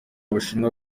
bushinwa